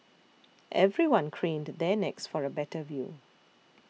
everyone craned their necks for a better view